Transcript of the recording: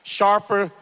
sharper